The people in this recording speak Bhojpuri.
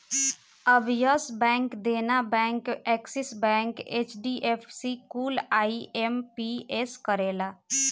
अब Yes Bank, Dena Bank, Axis Bank, HDFC कुल आई.एम.पी.एस करेला